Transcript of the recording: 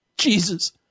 Jesus